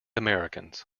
americans